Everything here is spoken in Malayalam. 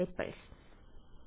വിദ്യാർത്ഥി റിപ്പിൾസ്